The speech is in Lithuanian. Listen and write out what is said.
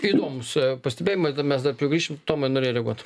įdomūs pastebėjimai da mes dar prie jų grįžim tomai norėjai reaguot